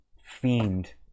Fiend